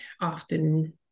often